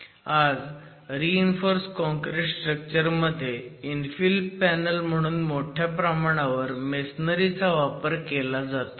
आज reinforce concrete structure मध्ये infill panel म्हणून मोठ्या प्रमाणावर मेसोनरी चा वापर केला जातो